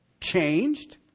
changed